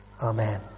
Amen